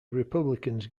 republicans